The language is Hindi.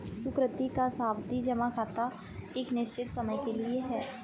सुकृति का सावधि जमा खाता एक निश्चित समय के लिए है